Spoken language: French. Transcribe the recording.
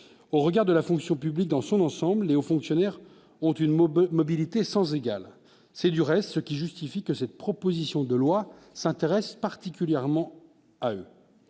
au regard de la fonction publique dans son ensemble et hauts fonctionnaires ont une mob mobilité sans égal, c'est du reste ce qui justifie que cette proposition de loi s'intéresse particulièrement aussi